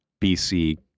BC